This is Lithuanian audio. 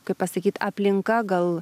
kaip pasakyt aplinka gal